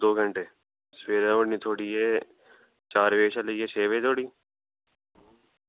दौ घैंटे सबेरै दौड़ छोड़ियै चार बजे कशा लेइयै छे बजे धोड़ी